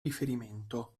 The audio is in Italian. riferimento